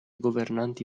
governanti